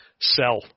Sell